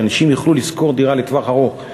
שאנשים יוכלו לשכור דירה לטווח ארוך,